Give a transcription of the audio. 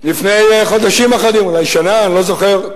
לפני חודשים אחדים, אולי שנה, אני לא זוכר,